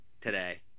Today